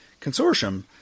consortium